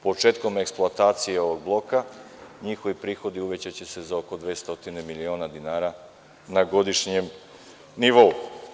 Početkom eksploatacije ovog bloka njihovi prihodi uvećaće se za oko 200 miliona dinara na godišnjem nivou.